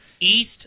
east